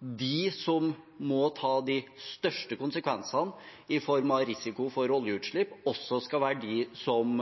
de som må ta de største konsekvensene, i form av risiko for oljeutslipp, også skal være de som